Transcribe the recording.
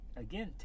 again